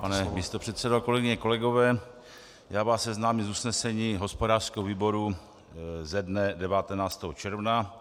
Pane místopředsedo, kolegyně, kolegové, já vás seznámím s usnesením hospodářského výboru ze dne 19. června.